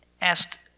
asked